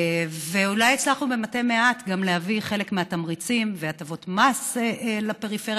ואולי הצלחנו במתי-מעט גם להביא חלק מהתמריצים והטבות המס לפריפריה,